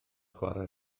chwarae